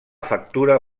factura